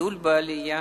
גידול בעלייה,